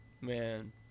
Man